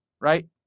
right